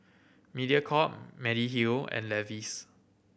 Mediacorp Mediheal and Levi's